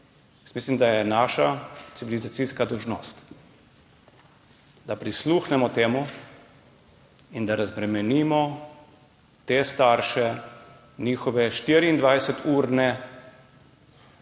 mislim, da je naša civilizacijska dolžnost, da jim prisluhnemo in da razbremenimo te starše njihove 24-urne